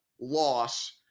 loss